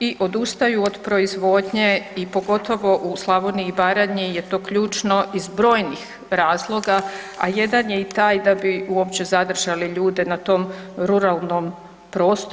i odustaju od proizvodnje i pogotovo u Slavoniji i Baranji je to ključno iz brojnih razloga, a jedan je i taj da bi uopće zadržali ljude na tom ruralnom prostoru.